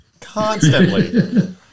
Constantly